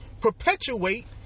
perpetuate